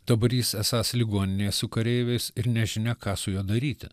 dabar jis esąs ligoninėje su kareiviais ir nežinia ką su juo daryti